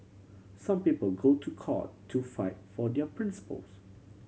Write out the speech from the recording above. some people go to court to fight for their principles